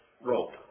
rope